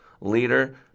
Leader